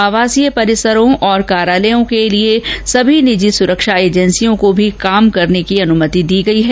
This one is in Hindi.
आवासीय परिसरों और कार्यालयों के लिए सभी निजी सुरक्षा एजेंसियों को भी काम करने की अनुमति दी गई है